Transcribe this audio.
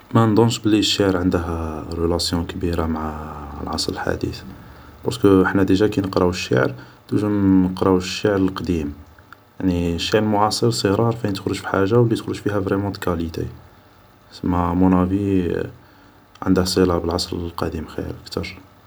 ما نضنش بلي الشعر عنده رولاسيون كبيرة مع العصر الحديث بارسكو حنا ديجا كي نقراو الشعر توجور نقراو الشعر القديم يعني الشعر المعاصر سي رار فاين تخرج في حاجة و لي تخرج فيها فريمون دو كاليتي سما مون افي عنده صلة بالعصر القديم خير كتر